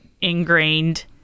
ingrained